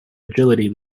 agility